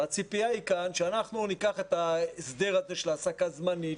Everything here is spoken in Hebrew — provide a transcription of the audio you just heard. הציפייה כאן היא שאנחנו ניקח את ההסדר הזה של העסקה זמנית,